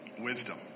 wisdom